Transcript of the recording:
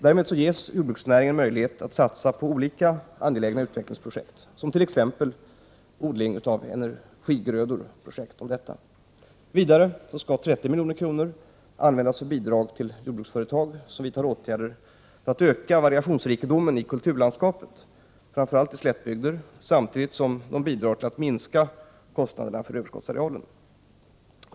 Därmed ges jordbruksnäringen möjlighet att satsa på olika angelägna utvecklingsprojekt som t.ex. energiodlingsprojekt. Vidare skall 30 milj.kr. användas för bidrag till jordbruksföretag som vidtar åtgärder för att öka variationsrikedomen i kulturlandskapet i framför allt slättbygder samtidigt som de bidrar till att minska kostnaderna för överskottsarealen.